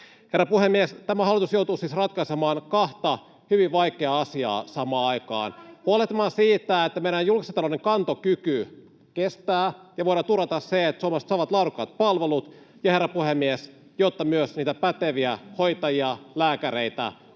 Herra puhemies! Tämä hallitus joutuu siis ratkaisemaan kahta hyvin vaikeaa asiaa samaan aikaan: [Anne Kalmarin välihuuto] huolehtimaan siitä, että meidän julkisen talouden kantokyky kestää ja voidaan turvata se, että suomalaiset saavat laadukkaat palvelut, ja, herra puhemies, että myös niitä päteviä hoitajia ja lääkäreitä